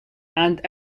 and